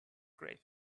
grave